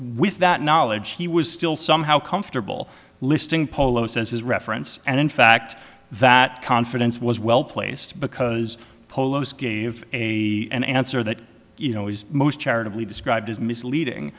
with that knowledge he was still somehow comfortable listing polo says his reference and in fact that confidence was well placed because polos gave a an answer that you know is most charitably described as misleading